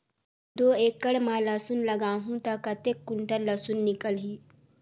दो एकड़ मां लसुन लगाहूं ता कतेक कुंटल लसुन निकल ही?